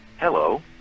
Hello